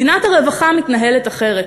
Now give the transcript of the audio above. מדינת הרווחה מתנהלת אחרת.